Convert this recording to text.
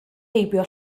heibio